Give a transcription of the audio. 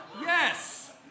Yes